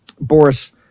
Boris